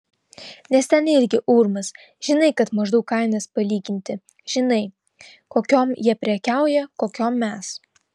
nes ten irgi urmas žinai kad maždaug kainas palyginti žinai kokiom jie prekiauja kokiom mes